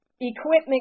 equipment